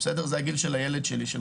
זה הגיל של בני ריף.